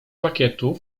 żakietu